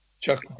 Chuck